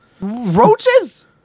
Roaches